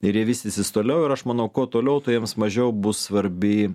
ir jie vystysis toliau ir aš manau kuo toliau tuo jiems mažiau bus svarbi